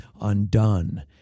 undone